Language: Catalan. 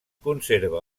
conserva